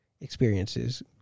experiences